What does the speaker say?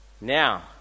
now